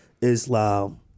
Islam